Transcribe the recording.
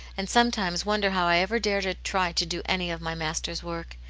and sometimes wonder how i ever dare to try to do any of my master's work.